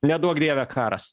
neduok dieve karas